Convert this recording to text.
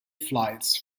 flights